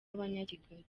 abanyakigali